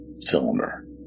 cylinder